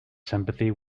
sympathy